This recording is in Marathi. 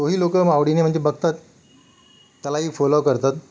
तोही लोक आवडीने म्हणजे बघतात त्यालाही फॉलो करतात